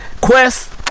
Quest